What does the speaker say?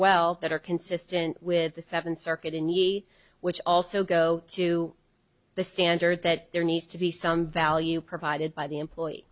well that are consistent with the seventh circuit in the eight which also go to the standard that there needs to be some value provided by the employe